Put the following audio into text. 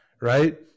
right